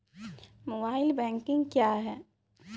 Mobile banking क्या हैं?